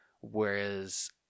whereas